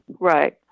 Right